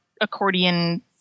accordion